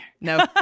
no